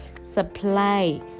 supply